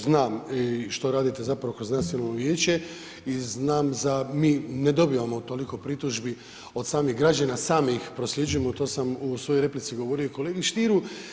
Znam i što radite kroz nacionalno vijeće i znam da mi ne dobivamo toliko pritužbi od samih građana, sami ih prosljeđujemo, to sam u svojoj replici govorio i kolegi Stieru.